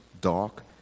dark